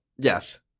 yes